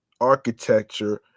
architecture